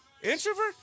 Introvert